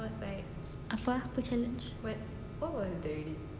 apa ah apa challenge